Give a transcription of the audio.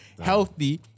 Healthy